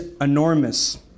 enormous